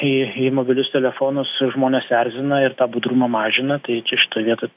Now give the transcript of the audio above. į į mobilius telefonus žmones erzina ir tą budrumą mažina tai čia šitoj vietoj